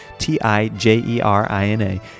T-I-J-E-R-I-N-A